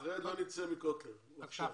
דבר בבקשה.